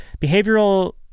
Behavioral